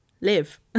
live